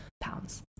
Pounds